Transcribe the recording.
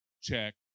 check